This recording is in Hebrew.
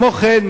כמו כן,